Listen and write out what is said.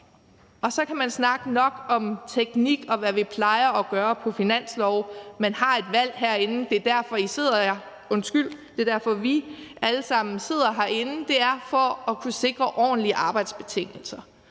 Så kan man snakke nok så meget om teknik og om, hvad vi plejer at gøre på finansloven, men man har et valg herinde; det er derfor, vi alle sammen sidder herinde. Det er for at kunne sikre ordentlige arbejdsbetingelser.